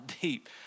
deep